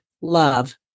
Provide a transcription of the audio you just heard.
love